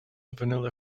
vanilla